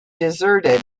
deserted